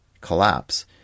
collapse